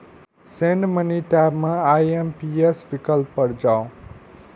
send money tab मे IMPS विकल्प पर जाउ